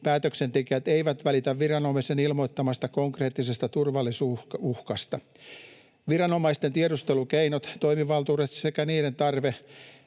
päätöksentekijät eivät välitä viranomaisen ilmoittamasta konkreettisesta turvallisuusuhkasta. Viranomaisten tiedustelukeinot, toimivaltuudet sekä tarve